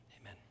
amen